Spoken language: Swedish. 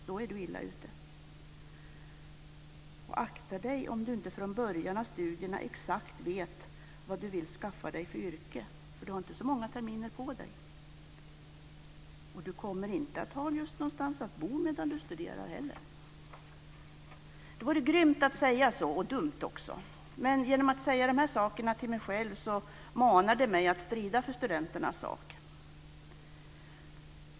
Då är du illa ute. Och akta dig om du inte från början av studierna exakt vet vad du vill skaffa dig för yrke, för du har inte så många terminer på dig. Och du kommer inte att ha just någonstans att bo medan du studerar heller. Det vore grymt att säga så, och dumt också. Men genom att säga de här sakerna till mig själv manar jag mig att strida för studenternas sak.